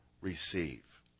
receive